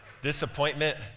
Disappointment